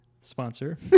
Sponsor